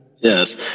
Yes